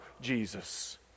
Jesus